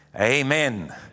Amen